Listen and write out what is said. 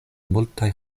multaj